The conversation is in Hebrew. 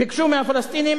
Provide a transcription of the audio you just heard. ביקשו מהפלסטינים